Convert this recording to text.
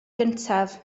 gyntaf